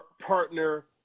partner